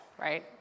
right